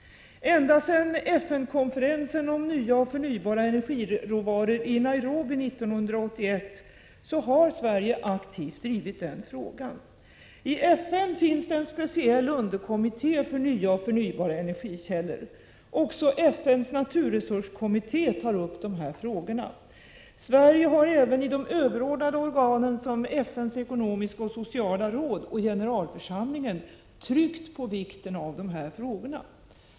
Ända sedan FN-konferensen om nya och förnybara energiråvaror i Nairobi 1981 har Sverige aktivt drivit den frågan. I FN finns det en speciell underkommitté för nya och förnybara energikällor. Också FN:s naturresurskommitté tar upp dessa frågor. Sverige har även i de överordnade organen, såsom FN:s ekonomiska och sociala råd samt generalförsamlingen, tryckt på vikten av dessa frågor.